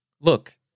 look